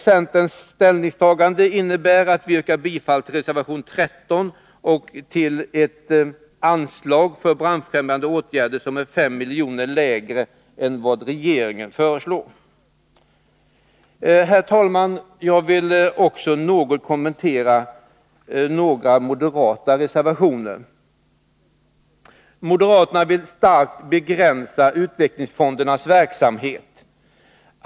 Centerns ställningstagande innebär att vi yrkar bifall till reservation 13 och till ett anslag för branschfrämjande åtgärder som är 5 milj.kr. lägre än vad regeringen föreslår. Herr talman! Jag vill också något kommentera en del moderata reservationer. Moderaterna vill starkt begränsa utvecklingsfondernas verksamhet.